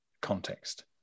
context